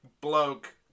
bloke